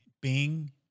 Bing